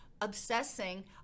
obsessing